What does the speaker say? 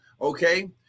Okay